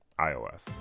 ios